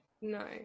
No